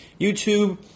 YouTube